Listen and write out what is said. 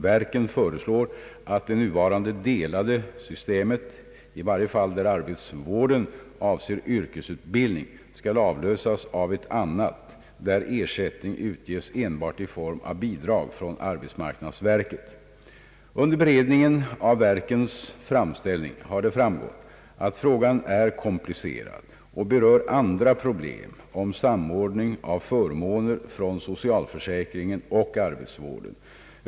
Ver ken föreslår att det nuvarande delade systemet, i varje fall där arbetsvården avser yrkesutbildning, skall avlösas av ett annat, där ersättning utges enbart i form av bidrag från arbetsmarknadsverket. Under beredningen av verkens framställning har det framgått att frågan är komplicerad och berör andra problem om samordning av förmåner från socialförsäkringen och = arbetsvården.